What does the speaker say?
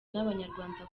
n’abanyarwanda